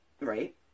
Right